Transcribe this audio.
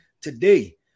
today